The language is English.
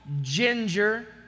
Ginger